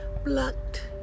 blocked